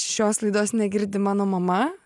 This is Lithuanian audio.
šios laidos negirdi mano mama